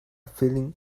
feeling